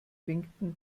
winkten